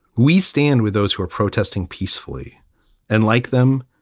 we stand with those who are protesting peacefully and like them.